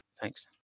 Thanks